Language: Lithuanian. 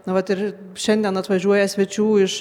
na vat ir šiandien atvažiuoja svečių iš